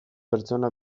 pertsona